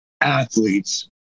athletes